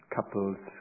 Couples